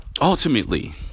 ultimately